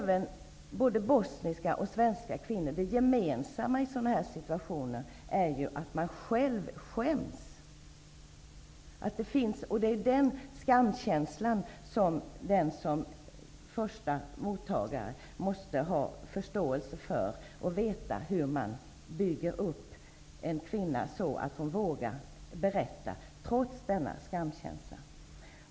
Det gemensamma för kvinnor i en sådan här situation -- oavsett om de är svenska eller bosniska -- är att att de själva skäms. Den skamkänslan måste den som tar emot dessa kvinnor ha förståelse för, och denna måste också veta hur man bygger upp självkänslan hos kvinnan så att hon vågar berätta trots skamkänslan.